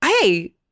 hey